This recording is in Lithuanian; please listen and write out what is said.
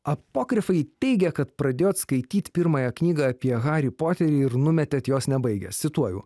apokrifai teigia kad pradėjot skaityt pirmąją knygą apie harį poterį ir numetėt jos nebaigęs cituoju